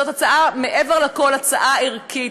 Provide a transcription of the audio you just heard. מעבר לכול, זאת הצעה ערכית.